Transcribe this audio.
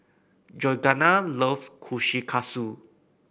Georganna loves Kushikatsu